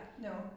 no